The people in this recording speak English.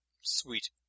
sweet